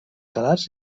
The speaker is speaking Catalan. salats